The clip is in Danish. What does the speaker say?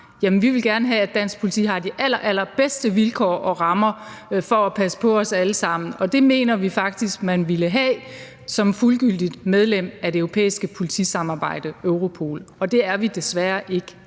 har? Vi vil gerne have, at dansk politi har de allerallerbedste vilkår og rammer for at passe på os alle sammen, og det mener vi faktisk man ville have som fuldgyldigt medlem af det europæiske politisamarbejde, Europol, og det er vi desværre ikke